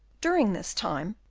during this time,